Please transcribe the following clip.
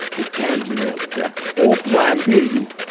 it can derail you. yeah or plan b,